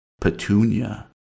Petunia